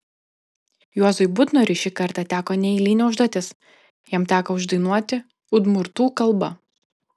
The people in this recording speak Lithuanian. juozui butnoriui šį kartą teko neeilinė užduotis jam teko uždainuoti udmurtų kalba